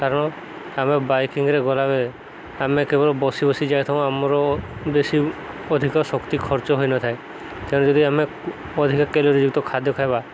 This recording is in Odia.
କାରଣ ଆମେ ବାଇକିଂରେ ଗଲାବେଳେ ଆମେ କେବଳ ବସି ବସି ଯାଇଥାଉ ଆମର ବେଶୀ ଅଧିକ ଶକ୍ତି ଖର୍ଚ୍ଚ ହୋଇନଥାଏ ତେଣୁ ଯଦି ଆମେ ଅଧିକା କ୍ୟାଲୋରି ଯୁକ୍ତ ଖାଦ୍ୟ ଖାଇବା